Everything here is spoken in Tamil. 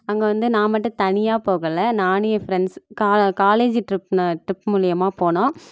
அங்கே வந்து நான் மட்டும் தனியாக போகலை நானும் ஏன் ஃப்ரெண்ட்ஸ் கா காலேஜ் ட்ரிப்ல ட்ரிப் மூலியமாக போனோம்